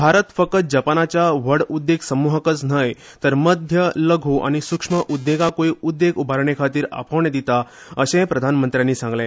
भारत फकत जपानाच्या व्हड उद्देग समुहांकच न्हय तर मध्य लघु आनी सूक्ष्म उद्देगांकूय उद्देग उबारणेखातीर आपोवणे दिता अशेय प्रधानमंत्र्यांनी सांगले